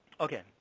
Okay